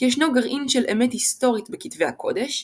כי ישנו גרעין של אמת היסטורית בכתבי הקודש,